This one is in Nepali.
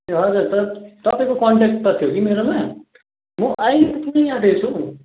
ए हजुर त तपाईँको कन्ट्याक्ट त थियो कि मेरोमा म आइपुग्नै आटेको छु हौ